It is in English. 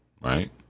right